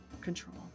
control